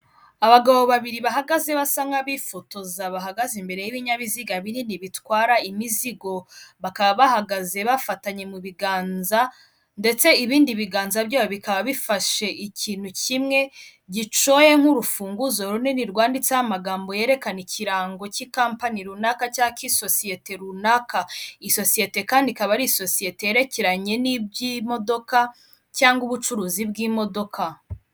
Abagabo babiri bahagaze basa nk'abifotoza bahagaze imbere y'ibinyabiziga binini bitwara imizigo bakaba bahagaze bafatanye mu biganza ndetse ibindi biganza byayo bikaba bifashe ikintu kimwe gicoye nk'urufunguzo runini rwanditseho amagambo yerekana ikirango cy'ikampani runaka cyangwa ik'isosiyete runaka. Isosiyete kandi ikaba ari isosiyete yerekeranye n'iby'imodoka cyangwa ubucuruzi bw'imodoka.